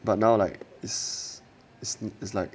but now like is is is like